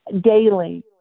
daily